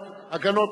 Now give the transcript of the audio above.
לאיזה ועדה זה